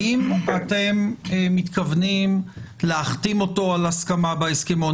האם אתם מתכוונים להחתים אותו על הסכמה בהסכמון?